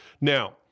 Now